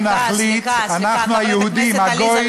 אנחנו נחליט, אנחנו היהודים, סליחה.